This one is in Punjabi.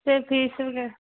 ਅਤੇ ਫੀਸ ਵਗੈਰਾ